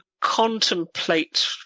contemplate